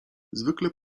zwykle